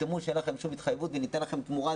תחתמו שאין לכם שום התחייבות וניתן לך תמורת